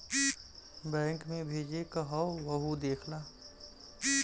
bank मे भेजे क हौ वहु देख ला